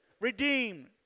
redeemed